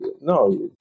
No